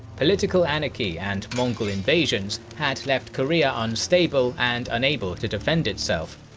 political anarchy and mongol invasions had left korea unstable and unable to defend itself,